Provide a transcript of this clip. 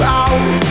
out